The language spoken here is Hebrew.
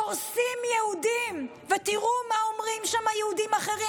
דורסים יהודים ותראו מה אומרים שם יהודים אחרים,